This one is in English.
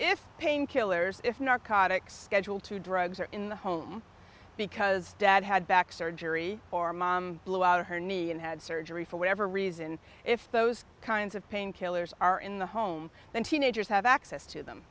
if painkillers if narcotics schedule two drugs are in the home because dad had back surgery or mom blew out her knee and had surgery for whatever reason if those kinds of pain killers are in the home then teenagers have access to t